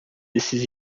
esses